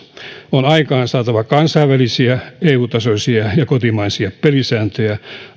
on aikaansaatava alustataloudessa työskenteleville kansainvälisiä eu tasoisia ja ja kotimaisia pelisääntöjä